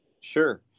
sure